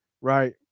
right